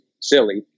silly